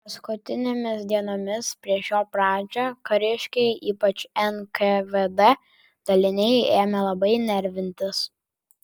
paskutinėmis dienomis prieš jo pradžią kariškiai ypač nkvd daliniai ėmė labai nervintis